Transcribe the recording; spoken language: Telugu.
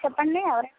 చెప్పండి ఎవరండి